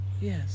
Yes